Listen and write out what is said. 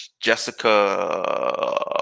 Jessica